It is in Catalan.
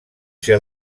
ser